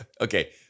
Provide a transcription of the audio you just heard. Okay